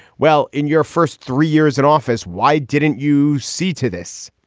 well, in your first three years in office, why didn't you see to this?